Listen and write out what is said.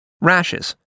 rashes